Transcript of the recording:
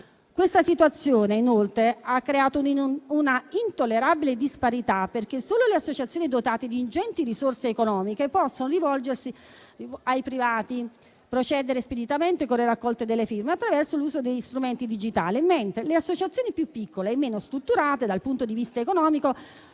Questa situazione, inoltre, ha creato un'intollerabile disparità, perché solo le associazioni dotate di ingenti risorse economiche possono rivolgersi ai privati e procedere speditamente con la raccolta delle firme attraverso l'uso degli strumenti digitali. Le associazioni più piccole e meno strutturate dal punto di vista economico